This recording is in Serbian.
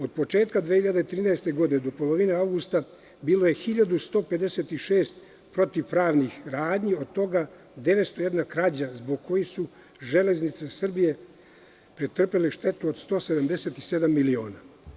Od početka 2013. godine do polovine avgusta bilo je 1.156 protivpravnih radnji, od toga 901 krađa, zbog kojih su „Železnice Srbije“ pretrpele štetu od 177 miliona.